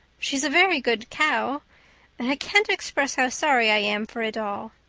she's a very good cow. and i can't express how sorry i am for it all.